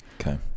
okay